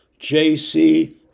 JC